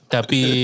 Tapi